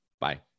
Bye